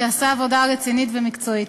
שעשה עבודה רצינית ומקצועית.